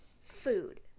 Food